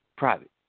Private